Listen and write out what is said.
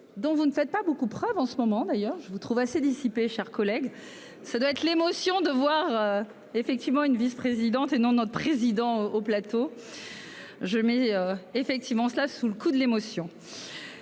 dont vous ne faites pas beaucoup. Preuve en ce moment d'ailleurs, je vous trouve assez dissipée, chers collègues. Ça doit être l'émotion de voir effectivement une vice-, présidente, et non notre président au plateau. Je mais effectivement cela sous le coup de l'émotion.--